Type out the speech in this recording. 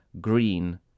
green